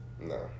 no